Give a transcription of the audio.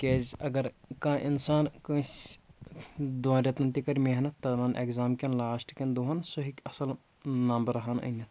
کیٛازِ اَگر کانٛہہ اِنسان کٲنٛسہِ دۄن رٮ۪تَن تہِ کَرِ محنت اٮ۪کزام کٮ۪ن لاسٹہٕ کٮ۪ن دۄہن سُہ ہیٚکہِ اَصٕل نَمبرٕہَن أنِتھ